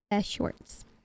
shorts